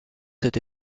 cette